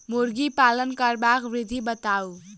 मुर्गी पालन करबाक विधि बताऊ?